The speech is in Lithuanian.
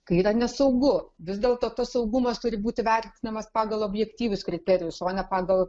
kai yra nesaugu vis dėlto tas saugumas turi būti vertinamas pagal objektyvius kriterijus o ne pagal